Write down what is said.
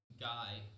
guy